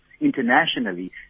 internationally